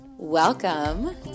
welcome